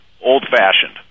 old-fashioned